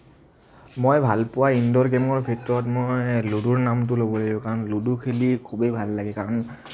মই ভালপোৱা ইনড'ৰ গেমৰ ভিতৰত মই লুডুৰ নামটো ল'বই লাগিব কাৰণ লুডু খেলি খুবেই ভাল লাগে কাৰণ